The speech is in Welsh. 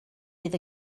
fydd